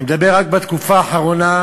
אני מדבר רק בתקופה האחרונה,